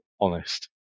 honest